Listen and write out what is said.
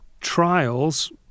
Trials